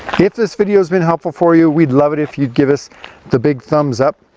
if this video has been helpful for you, we'd love it if you give us the big thumbs up,